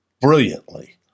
brilliantly